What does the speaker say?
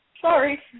Sorry